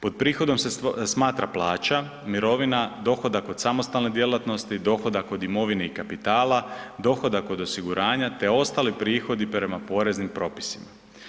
Pod prihodom se smatra plaća, mirovina, dohodak od samostalne djelatnosti, dohodak od imovine i kapitala, dohodak od osiguranja te ostali prihodi prema poreznim propisima.